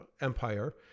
empire